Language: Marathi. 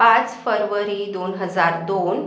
पाच फरवरी दोन हजार दोन